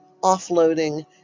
offloading